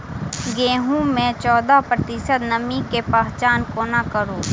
गेंहूँ मे चौदह प्रतिशत नमी केँ पहचान कोना करू?